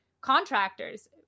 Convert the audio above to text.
contractors